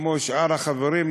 כמו שאר החברים,